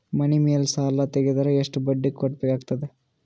ಮನಿ ಮೇಲ್ ಸಾಲ ತೆಗೆದರ ಎಷ್ಟ ಬಡ್ಡಿ ಕಟ್ಟಬೇಕಾಗತದ?